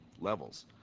levels